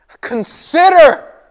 Consider